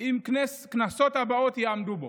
עם הכנסות הבאות יעמדו בו.